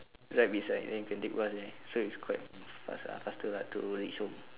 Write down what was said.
right beside then you can take bus there so is quite fast ah faster lah to reach home